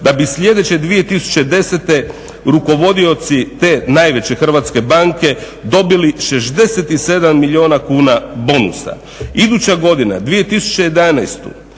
da bi sljedeće 2010. rukovodioci te najveće hrvatske banke dobili 67 milijuna kuna bonusa. Iduća godina 2011.